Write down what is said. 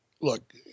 look